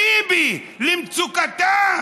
אליבי, למצוקתם,